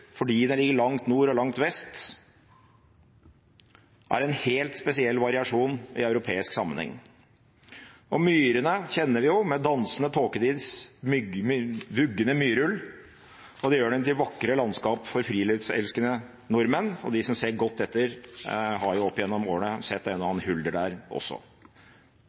fordi den ligger langt nord og langt vest – en helt spesiell variasjon i europeisk sammenheng. Myrene kjenner vi jo, med dansende tåkedis og vuggende myrull, og det gjør dem til vakre landskap for friluftselskende nordmenn – og de som ser godt etter, har jo opp gjennom årene sett en og annen hulder der også.